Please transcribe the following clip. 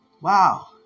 Wow